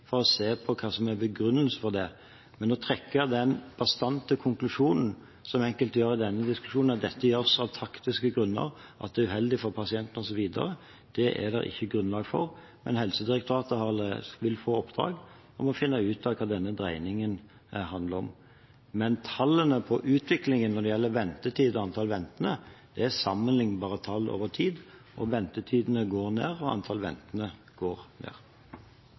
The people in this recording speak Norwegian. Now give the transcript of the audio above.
for å se på hva som er begrunnelsen for det. Men å trekke den bastante konklusjonen som enkelte gjør i denne diskusjonen, at dette gjøres av taktiske grunner, at det er uheldig for pasientene, osv., er det ikke grunnlag for. Helsedirektoratet vil få i oppdrag å finne ut hva denne dreiningen handler om. Men tallene for utviklingen når det gjelder ventetiden for ventende, er sammenlignbare tall over tid. Ventetidene går ned, og antall ventende går ned.